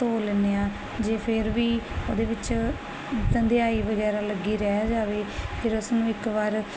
ਧੋ ਲੈਦੇ ਆ ਜੇ ਫਿਰ ਵੀ ਉਹਦੇ ਵਿੱਚ ਧੰਦਿਆਈ ਵਗੈਰਾ ਲੱਗੀ ਰਹਿ ਜਾਵੇ ਫਿਰ ਉਸਨੂੰ ਇੱਕ ਵਾਰ